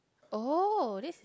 oh this